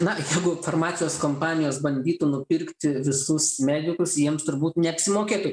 na jeigu farmacijos kompanijos bandytų nupirkti visus medikus jiems turbūt neapsimokėtų